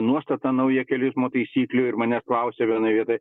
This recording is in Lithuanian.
nuostata nauja kelių eismo taisyklių ir manęs klausė vienoj vietoj